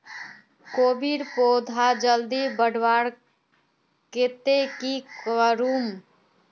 कोबीर पौधा जल्दी बढ़वार केते की करूम?